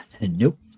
Nope